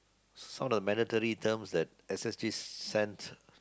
it's not a mandatory terms that S_S_G sent